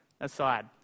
aside